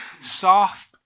soft